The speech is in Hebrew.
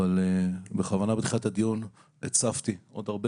אבל בכוונה בתחילת הדיון הצפתי עוד הרבה